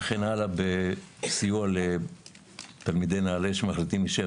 וכן הלאה בסיוע לתלמידי נעל"ה שמחליטים להישאר